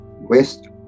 west